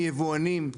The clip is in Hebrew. מיבואנים,